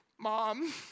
mom